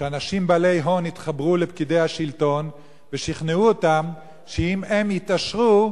שאנשים בעלי הון התחברו לפקידי השלטון ושכנעו אותם שאם הם יתעשרו,